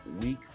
Week